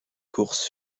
course